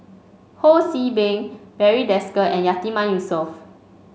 Ho See Beng Barry Desker and Yatiman Yusof